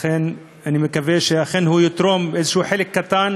לכן אני מקווה שאכן הוא יתרום חלק קטן